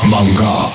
Manga